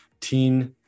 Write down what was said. Teen